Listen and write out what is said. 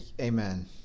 amen